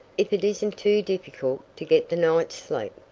if it isn't too difficult to get the night's sleep.